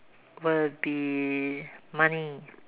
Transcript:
will be money